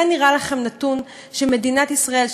זה נראה לכם נתון שמדינת ישראל,